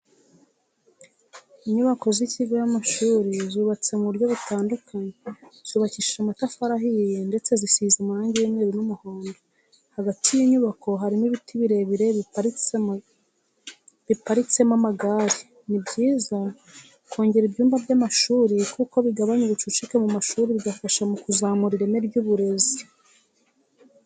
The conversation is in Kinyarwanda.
Inyubako z'ikigo y'amashuri zubatse mu buryo butandukanye, zubakishije amatafari ahiye ndetse zisize n'amarangi y'umweru n'umuhondo, hagati y'inyubako harimo ibiti birebire biparitsemo amagare. Ni byiza kongera ibyumba by'amashuri kuko bigabanya ubucucike mu mashuri bigafasha mu kuzamura ireme ry'uburezi.